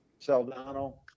Saldano